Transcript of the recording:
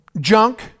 junk